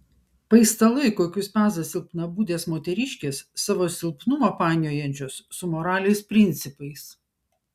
paistalai kokius peza silpnabūdės moteriškės savo silpnumą painiojančios su moralės principais